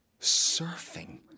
surfing